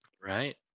Right